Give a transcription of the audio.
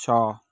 ଛଅ